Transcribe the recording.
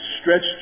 stretched